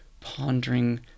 pondering